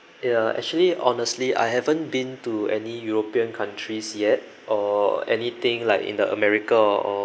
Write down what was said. ya actually honestly I haven't been to any european countries yet or anything like in the america or